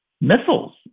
missiles